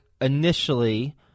initially